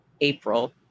April